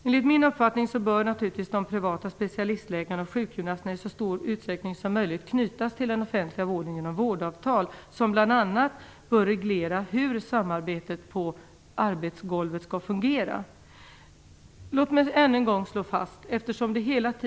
Enligt min uppfattning bör de privata specialistläkarna och sjukgymnasterna i så stor utsträckning som möjligt knytas till den offentliga vården genom vårdavtal, som bl.a. bör reglera hur samarbetet på "golvet" skall fungera.